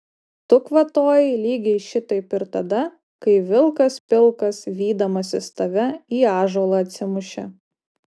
tu kvatojai lygiai šitaip ir tada kai vilkas pilkas vydamasis tave į ąžuolą atsimušė